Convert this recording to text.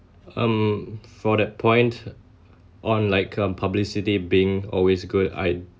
um for that point on like um publicity being always good